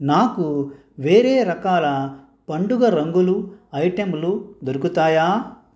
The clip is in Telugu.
నాకు వేరే రకాల పండుగ రంగులు ఐటెంలు దొరుకుతాయా